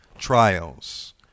trials